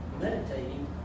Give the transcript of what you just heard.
meditating